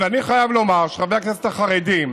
ואני חייב לומר שחברי הכנסת החרדים